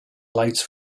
lights